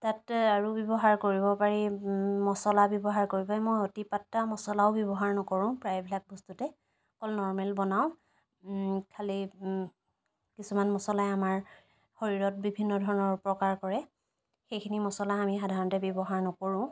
তাতে আৰু ব্যৱহাৰ কৰিব পাৰি মছলা ব্যৱহাৰ কৰিব পাৰি মই অতি মাত্ৰা মছলাও ব্যৱহাৰ নকৰোঁ প্ৰায়বিলাক বস্তুতে অকল নৰ্মেল বনাওঁ খালি কিছুমান মছলাই আমাৰ শৰীৰত বিভিন্ন ধৰণৰ অপকাৰ কৰে সেইখিনি মছলা আমি সাধাৰণতে ব্যৱহাৰ নকৰোঁ